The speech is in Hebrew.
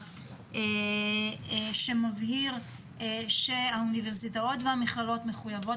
שמבהיר שהאוניברסיטאות והמכללות מחויבות